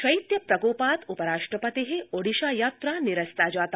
शैत्य प्रकोपात उपराष्ट्रपते ओडिशा यात्रा निरस्ता जाता